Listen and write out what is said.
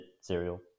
serial